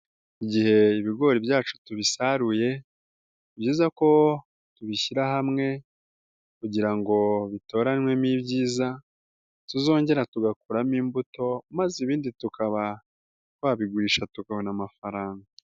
Igihe ibigori byacu tubisaruye ni byiza ko tubishyira hamwe kugira ngo bitoranwemo ibyiza, tuzongera tugakuramo imbuto maze ibindi tukaba twabigurisha tukabona amafaranga.